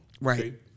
Right